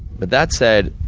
but that said,